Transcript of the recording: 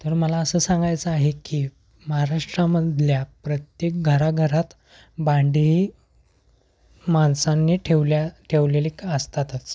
तर मला असं सांगायचं आहे की महाराष्ट्रामधल्या प्रत्येक घराघरात भांडीही माणसांनी ठेवल्या ठेवलेले क असतातच